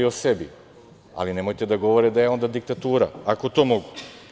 Govori o sebi, ali nemojte da govore da je onda diktatura, ako to mogu.